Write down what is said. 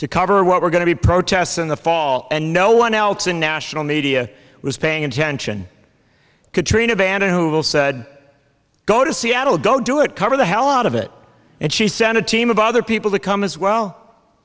to cover what we're going to be protests in the fall and no one else in national media was paying attention katrina vanden heuvel said go to seattle go do it cover the hell out of it and she sent a team of other people to come as well